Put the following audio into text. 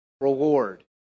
reward